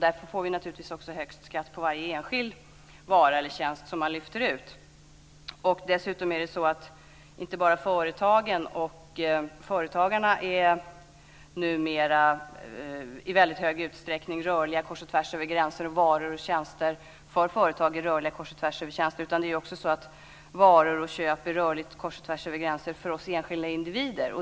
Därför får vi naturligtvis också högst skatt på varje enskild vara eller tjänst som man lyfter ut. Dessutom är det inte bara för företagen och företagarna som varor och tjänster numera i väldigt hög utsträckning är rörliga kors och tvärs över gränser, utan varor och tjänster är rörliga kors och tvärs över gränser också för oss enskilda individer.